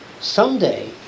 Someday